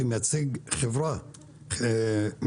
יזם מקומי שמייצג חברה מחו"ל,